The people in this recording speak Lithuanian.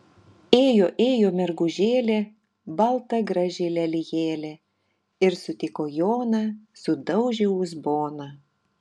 ėjo ėjo mergužėlė balta graži lelijėlė ir sutiko joną sudaužė uzboną